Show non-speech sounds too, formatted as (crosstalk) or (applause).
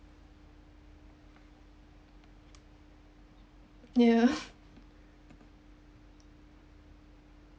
yeah (laughs)